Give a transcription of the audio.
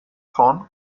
von